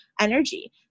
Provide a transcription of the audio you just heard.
energy